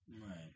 Right